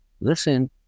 listen